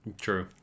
True